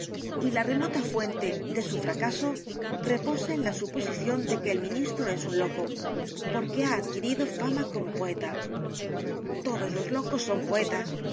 y la remota fuente de su fracaso reposa en la suposición de que el ministro es un loco porque ha adquirido fama como poeta todos los locos son p